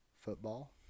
football